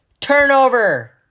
Turnover